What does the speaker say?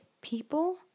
people